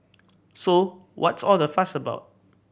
so what's all the fuss about